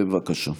בבקשה.